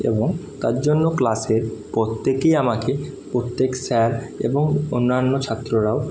এবং তার জন্য ক্লাসের প্রত্যেকেই আমাকে প্রত্যেক স্যার এবং অন্যান্য ছাত্ররাও